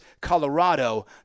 Colorado